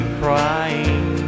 crying